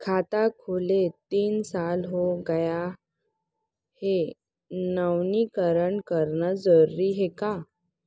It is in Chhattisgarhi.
खाता खुले तीन साल हो गया गये हे नवीनीकरण कराना जरूरी हे का?